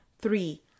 Three